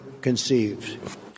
conceived